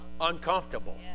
uncomfortable